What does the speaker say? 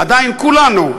עדיין כולנו,